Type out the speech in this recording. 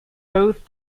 both